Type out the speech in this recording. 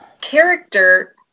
character